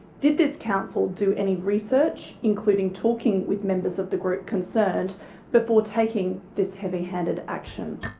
did this council do any research including talking with members of the group concerned before taking this heavy-handed action?